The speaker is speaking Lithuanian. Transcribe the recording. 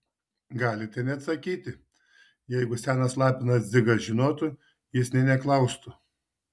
galite neatsakyti jeigu senas lapinas dzigas žinotų jis nė neklaustų